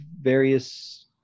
various